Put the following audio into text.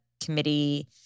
committee